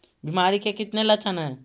बीमारी के कितने लक्षण हैं?